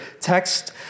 text